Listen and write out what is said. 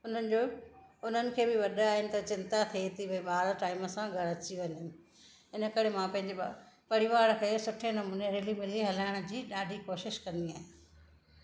हुननि जो हुननि खे बि वॾा आहिनि त चिंता थिए थी भई ॿार टाइम सां घरु अची वञनि हिन करे मां पंहिंजे परिवार खे सुठे नमूने रिली मिली हलाइणु जी ॾाढी कोशिशि कंदी आहियां